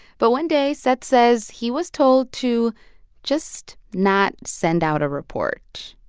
but one day, seth says he was told to just not send out a report.